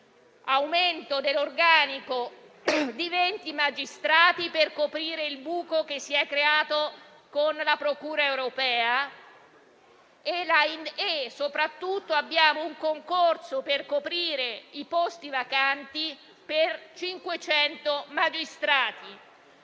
l'aumento dell'organico di 20 magistrati per coprire il buco che si è creato con la procura europea e soprattutto un concorso per coprire i posti vacanti per 500 magistrati,